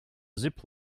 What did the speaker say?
zip